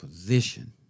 position